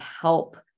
help